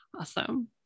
Awesome